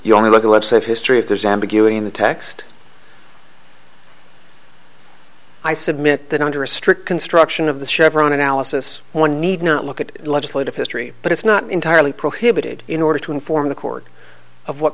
you only want the website history if there's ambiguity in the text i submit that under a strict construction of the chevron analysis one need not look at legislative history but it's not entirely prohibited in order to inform the court of what